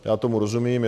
Já tomu rozumím.